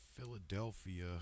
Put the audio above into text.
Philadelphia